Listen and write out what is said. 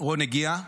רון הגיע.